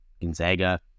Gonzaga